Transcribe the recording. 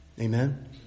Amen